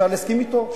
אפשר להסכים אתו,